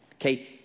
Okay